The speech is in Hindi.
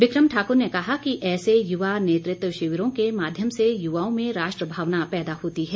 बिकम ठाकुर ने कहा कि ऐसे युवा नेतृत्व शिविरों के माध्यम से युवाओं में राष्ट्र भावना पैदा होती है